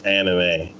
anime